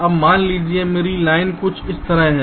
अब मान लीजिए मेरी लाइन कुछ इस तरह है